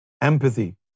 empathy